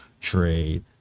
trade